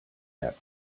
that